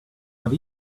have